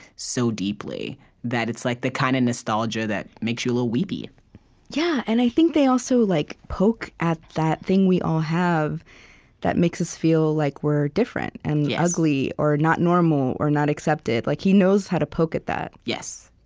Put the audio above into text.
so deeply that it's like the kind of nostalgia that makes you a little weepy yeah, and i think they also like poke at that thing we all have that makes us feel like we're different and yeah ugly or not normal or not accepted. like he knows how to poke at that yes.